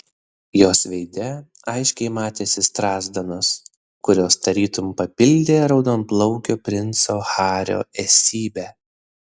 jos veide aiškiai matėsi strazdanos kurios tarytum papildė raudonplaukio princo hario esybę